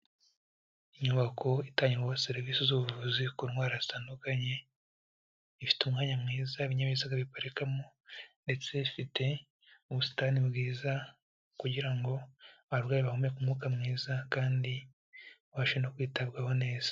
Inyubako itangirwamo serivisi z'ubuvuzi ku ndwara zitandukanye, ifite umwanya mwiza ibinyabiziga biparikamo, ndetse ifite n'ubusitani bwiza kugira ngo abarwayi bahumeke umwuka mwiza kandi babashe no kwitabwaho neza.